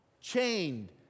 chained